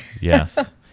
Yes